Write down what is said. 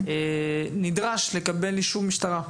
נדרש לקבל אישור משטרה.